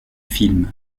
film